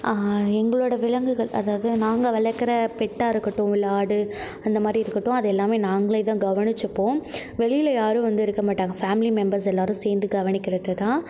எங்களோட விலங்குகள் அதாவது நாங்கள் வளர்க்குற பெட்டாக இருக்கட்டும் இல்லை ஆடு அந்த மாதிரி இருக்கட்டும் அது எல்லாமே நாங்களே தான் கவனிச்சிப்போம் வெளியில யாரும் வந்து இருக்க மாட்டாங்க ஃபேமிலி மெம்பர்ஸ் எல்லாருமே சேர்ந்து கவனிக்கிறது தான்